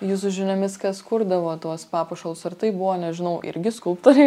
jūsų žiniomis kas kurdavo tuos papuošalus ar tai buvo nežinau irgi skulptoriai